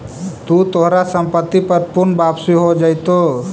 तू तोहार संपत्ति पर पूर्ण वापसी हो जाएतो